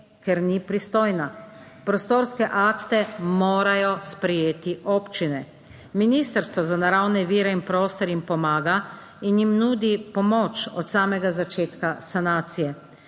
ker ni pristojna. Prostorske akte morajo sprejeti občine, ministrstvo za naravne vire in prostor jim pomaga in jim nudi pomoč od samega začetka sanacije.